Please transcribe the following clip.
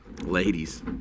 Ladies